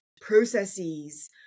processes